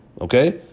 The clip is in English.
Okay